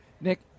nick